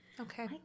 Okay